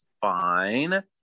fine